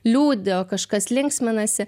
liūdi o kažkas linksminasi